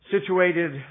situated